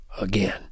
again